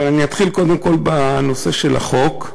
אבל אני אתחיל, קודם כול, בנושא של החוק.